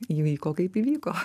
įvyko kaip įvyko